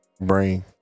brain